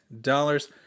dollars